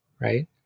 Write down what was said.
right